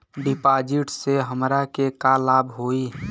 डिपाजिटसे हमरा के का लाभ होई?